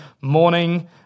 morning